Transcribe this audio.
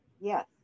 Yes